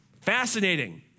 Fascinating